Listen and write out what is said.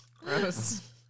Gross